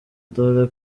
dore